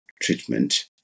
treatment